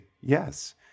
yes